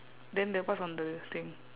then the what's on the thing